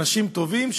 אנשים טובים,